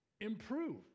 improve